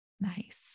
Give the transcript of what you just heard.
Nice